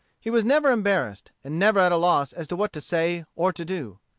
he was never embarrassed, and never at a loss as to what to say or to do.